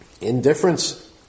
Indifference